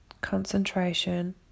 concentration